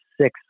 six